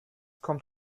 kommt